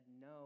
no